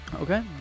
Okay